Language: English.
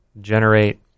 generate